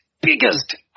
biggest